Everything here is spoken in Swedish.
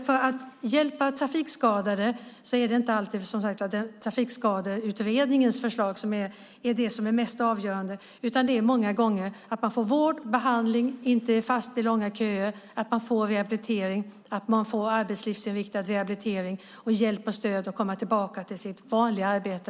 För att hjälpa trafikskadade är det som sagt inte alltid Trafikskadeutredningens förslag som är det mest avgörande, utan det är många gånger så att man får vård och behandling och inte är fast i långa köer. Man ska få arbetslivsinriktad rehabilitering samt hjälp och stöd att förhoppningsvis komma tillbaka till sitt vanliga arbete.